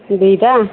ଦୁଇଟା